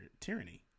tyranny